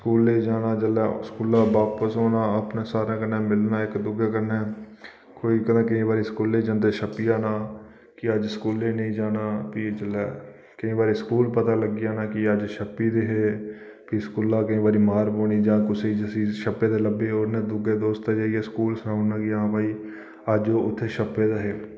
स्कूलें गी जाना जेल्लै स्कूला दा बापस औना अपने सारें कन्नै मिलना इक दूए कन्नै कोई कदें केईं बारी स्कूलै जंदै बेल्लै छप्पी जाना कि अज्ज स्कूलै गी नेईं जाना फ्ही जेल्लै केईं बारी स्कूल पता लग्गी जाना कि अज्ज छप्पी गेदे हे फ्ही स्कूला केईं बारी मार पौनी जां कुसैगी जिसी छप्पे दे लब्भे दूए दोस्तें जाइयै स्कूल सनाई ओड़ना कि हां भाई अज्ज ओह् उत्थें छप्पे दे हे